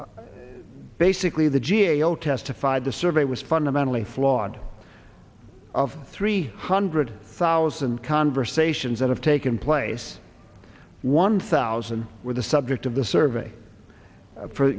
basically the g a o testified the survey was fundamentally flawed of three hundred thousand conversations that have taken place one thousand where the subject of the survey for